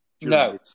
No